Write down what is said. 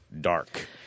dark